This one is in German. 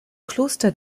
kloster